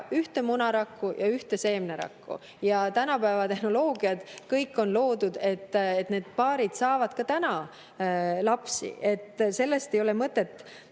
ühte munarakku ja ühte seemnerakku ja tänapäeva tehnoloogiat. Kõik on loodud, et ka need paarid saaksid lapsi. Sellest ei ole mõtet